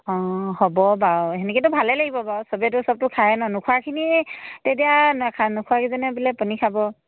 অঁ হ'ব বাৰু সেনেকেতো ভালেই লাগিব বাৰু সবেতো সবটো খায়ে নহ্ নোখোৱাখিনি তেতিয়া নখ নোখোৱাকেইজনে বোলে পনীৰ খাব